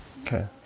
okay